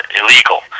illegal